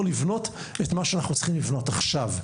לבנות את מה שאנחנו צריכים לבנות עכשיו,